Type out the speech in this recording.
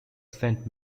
saint